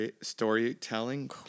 storytelling